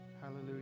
Hallelujah